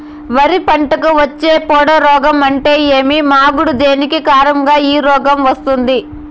వరి పంటకు వచ్చే పొడ రోగం అంటే ఏమి? మాగుడు దేని కారణంగా ఈ రోగం వస్తుంది?